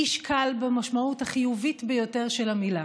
איש קל במשמעות החיובית ביותר של המילה,